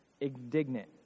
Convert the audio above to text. indignant